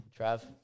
Trav